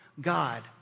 God